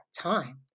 time